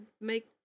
make